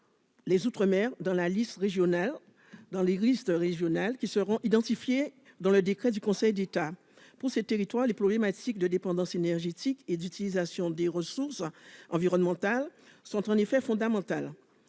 les outre-mer dans les zones qui seront identifiées par le décret en Conseil d'État. Pour ces territoires, les problématiques de dépendance énergétique et d'utilisation des ressources environnementales sont en effet fondamentales.